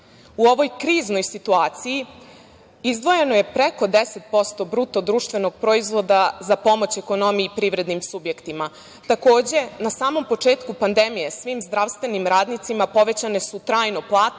U ovoj kriznoj situaciji, izdvojeno je preko 10% BDP za pomoć ekonomiji i privrednim subjektima. Takođe, na samom početku pandemije, svim zdravstvenim radnicima povećane su trajno plate,